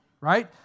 right